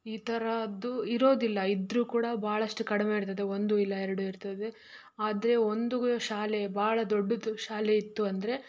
ಈ ಥರದ್ದು ಇರೋದಿಲ್ಲ ಇದ್ದರೂ ಕೂಡ ಬಹಳಷ್ಟು ಕಡಿಮೆ ಇರ್ತದೆ ಒಂದು ಇಲ್ಲ ಎರಡು ಇರ್ತದೆ ಆದರೆ ಒಂದು ಶಾಲೆ ಬಹಳ ದೊಡ್ಡದು ಶಾಲೆ ಇತ್ತು ಅಂದರೆ